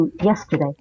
Yesterday